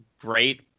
great